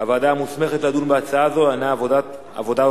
הוועדה המוסמכת לדון בהצעה הזו היא ועדת העבודה,